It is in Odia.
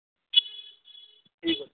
ଠିକ୍ ଅଛି